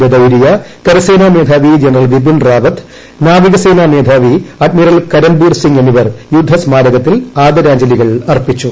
ബദൌരിയ കരസേനാ മേധാവി ജനറൽ ബിപിൻ റാവത്ത് നാവികസേനാ മേധാവി അഡ്മിറൽ കരംബീർ സിംഗ് എന്നിവർ യുദ്ധസ്മാരകത്തിൽ ആദരാഞ്ജലികൾ അർപ്പിച്ചു